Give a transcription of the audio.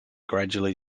gradually